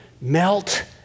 melt